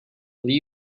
will